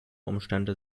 umstände